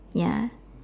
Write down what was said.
ya